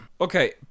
okay